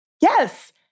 Yes